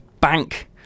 Bank